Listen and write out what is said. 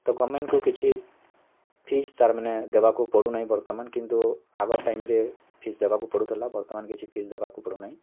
ତ ଗର୍ମେଣ୍ଟ୍କୁ କିଛି ଫିସ୍ ତାର୍ ମାନେ ଦେବାକୁ ପଡ଼ୁନାହିଁ ବର୍ତ୍ତମାନ୍ କିନ୍ତୁ ଆଗ ଟାଇମ୍ରେ ଫିସ୍ ଦେବାକୁ ପଡ଼ୁଥିଲା ବର୍ତ୍ତମାନ୍ କିଛି ପିସ୍ ଦେବାକୁ ପଡ଼ୁନାଇଁ